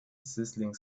sizzling